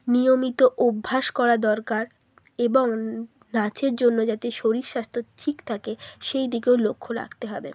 নিয়মিত অভ্যাস করা দরকার এবং নাচের জন্য যাতে শরীর স্বাস্থ্য ঠিক থাকে সেই দিকেও লক্ষ্য রাখতে হবে